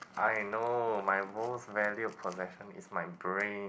I know my most valued possession is my brain